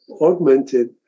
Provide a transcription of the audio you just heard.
augmented